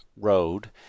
Road